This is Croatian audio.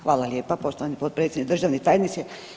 Hvala lijepa poštovani potpredsjedniče, državni tajniče.